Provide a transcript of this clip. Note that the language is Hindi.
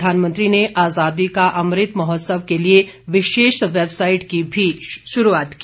प्रधानमंत्री ने आजादी का अमृत महोत्सव के लिए विशेष वेबसाइट की भी शुरूआत की